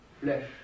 flesh